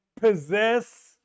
possess